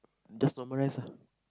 just normal rice ah